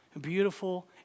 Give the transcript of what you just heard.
beautiful